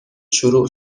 شروع